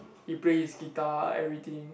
he plays guitar every day